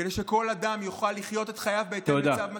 כדי שכל אדם יוכל לחיות את חייו בהתאם לצו מצפונו,